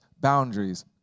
boundaries